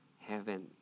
heaven